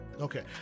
Okay